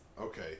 Okay